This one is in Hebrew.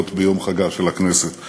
להיות ביום חגה של הכנסת.